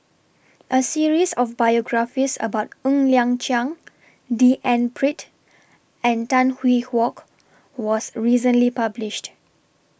A series of biographies about Ng Liang Chiang D N Pritt and Tan Hwee Hock was recently published